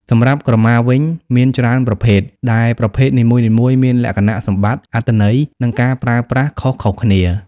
សម្រាប់ក្រមាវិញ មានច្រើនប្រភេទដែលប្រភេទនីមួយៗមានលក្ខណៈសម្បត្តិ អត្ថន័យ និងការប្រើប្រាស់ខុសៗគ្នា។